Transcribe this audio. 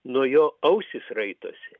nuo jo ausys raitosi